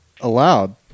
allowed